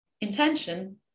intention